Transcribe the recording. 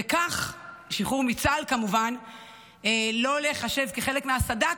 וכך לא להיחשב לחלק מהסד"כ.